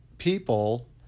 people